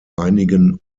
einigen